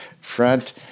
front